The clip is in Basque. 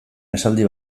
esaldi